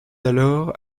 alors